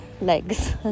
legs